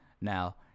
Now